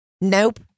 Nope